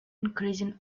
increasing